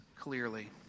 clearly